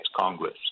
Congress